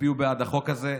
יצביעו בעד החוק הזה,